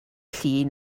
llun